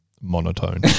monotone